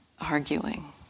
arguing